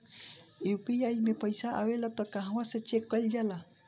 UPI मे पइसा आबेला त कहवा से चेक कईल जाला?